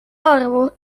arvu